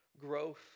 growth